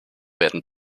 werden